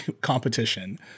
competition